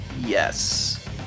Yes